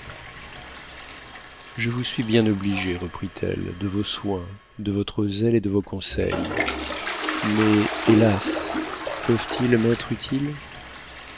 je vous suis bien obligée reprit-elle de vos soins de votre zèle et de vos conseils mais hélas peuvent-ils m'être utiles